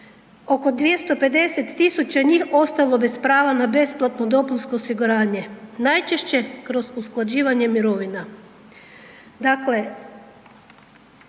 oko 250 000 njih ostalo bez prava na besplatno dopunsko osiguranje, najčešće kroz usklađivanje mirovina.